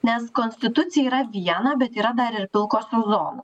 nes konstitucija yra viena bet yra dar ir pilkosios zonos